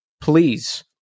please